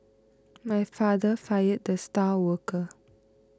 my father fired the star worker